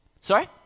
Sorry